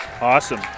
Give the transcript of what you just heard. Awesome